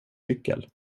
cykel